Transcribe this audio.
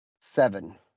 Seven